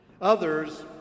others